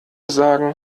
sagen